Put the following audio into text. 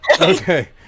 okay